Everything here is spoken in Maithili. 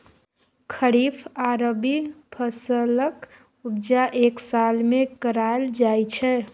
खरीफ आ रबी फसलक उपजा एक साल मे कराएल जाइ छै